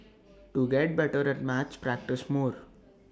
to get better at maths practise more